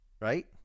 right